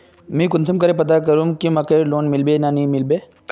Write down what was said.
मुई कुंसम करे पता करूम की मकईर लोन मिलबे या नी मिलबे?